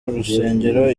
urusengero